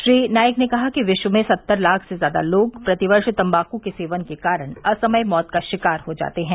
श्री नाईक ने कहा कि विश्व में सत्तर लाख से ज्यादा लोग प्रति वर्ष तम्बाकू के सेवन के कारण असमय मौत का शिकार हो जाते हैं